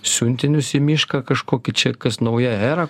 siuntinius į mišką kažkokį čia kas nauja era